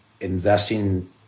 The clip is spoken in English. investing